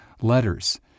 letters